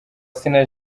sina